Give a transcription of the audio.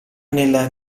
nel